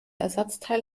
ersatzteil